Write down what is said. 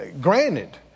granted